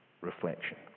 reflection